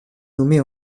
nommée